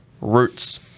roots